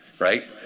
Right